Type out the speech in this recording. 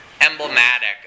emblematic